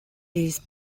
these